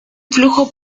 flujo